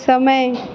समय